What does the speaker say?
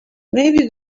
maybe